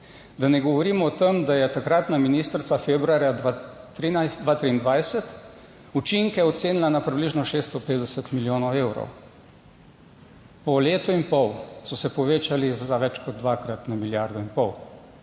Da ne govorim o tem, da je takratna ministrica februarja 2023 učinke ocenila na približno 650 milijonov evrov. Po letu in pol so se povečali za več kot dvakrat, na milijardo in pol.